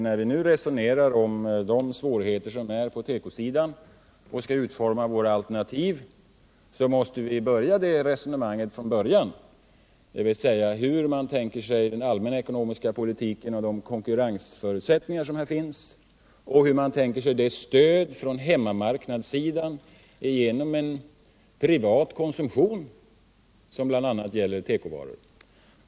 När vi nu resonerar om de svårigheter som är på tekosidan och skall utforma våra alternativ, måste vi börja resonemanget från början. Hur tänker man sig den allmänna ekonomiska politiken och de konkurrensförutsättningar som finns? Hur tänker man sig stödet från hemmamarknadssidan genom privat konsumtion av bl.a. tekovaror?